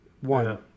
One